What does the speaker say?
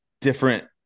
different